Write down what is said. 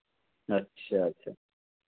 अच्छा अच्छा